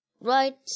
right